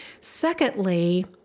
Secondly